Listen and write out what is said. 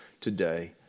today